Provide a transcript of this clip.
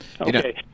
Okay